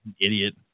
idiot